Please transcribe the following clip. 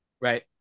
Right